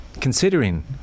Considering